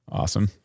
awesome